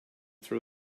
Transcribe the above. throw